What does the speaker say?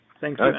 Thanks